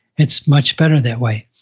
it's much better that way.